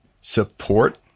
support